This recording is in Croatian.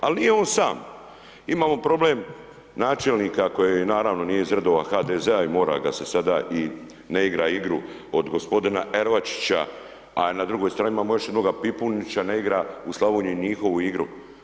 Ali nije on sam, imamo problem načelnika koji naravno nije iz redova HDZ-a i mora ga se sada i ne igra igru od gospodina Ervačića a na drugoj strani imamo još jednoga Pipunića, ne igra u Slavoniji njihovu igru.